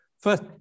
First